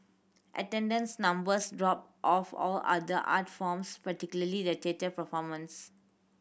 attendance numbers dropped of all other art forms particularly the theatre performance